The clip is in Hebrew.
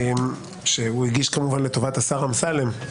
שהוא הגיש כמובן לטובת השר אמסלם.